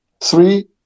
three